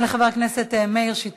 אני מודה לחבר הכנסת מאיר שטרית.